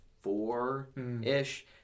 four-ish